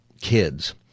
kids